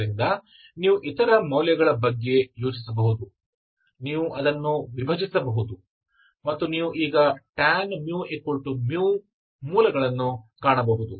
ಆದ್ದರಿಂದ ನೀವು ಇತರ ಮೌಲ್ಯಗಳ ಬಗ್ಗೆ ಯೋಚಿಸಬಹುದು ನೀವು ಅದನ್ನು ವಿಭಜಿಸಬಹುದು ಮತ್ತು ನೀವು ಈಗ tan μμ ಮೂಲಗಳನ್ನು ಕಾಣಬಹುದು